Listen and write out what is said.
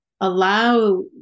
allow